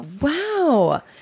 Wow